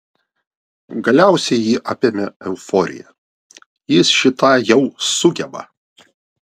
galiausiai jį apėmė euforija jis šį tą jau sugeba